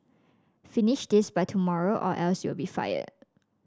finish this by tomorrow or else you'll be fired